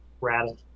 rattle